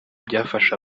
byafasha